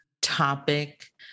topic